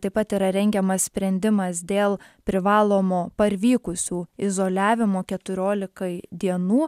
taip pat yra rengiamas sprendimas dėl privalomo parvykusių izoliavimo keturiolikai dienų